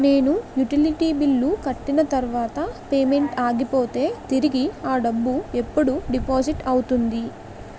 నేను utility bill కట్టిన తర్వాత పేమెంట్ ఆగిపోతే తిరిగి అ డబ్బు ఎప్పుడు డిపాజిట్ అవుతుంది?